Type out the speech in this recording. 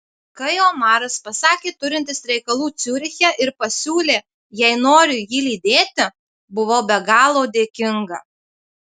kai omaras pasakė turintis reikalų ciuriche ir pasiūlė jei noriu jį lydėti buvau be galo dėkinga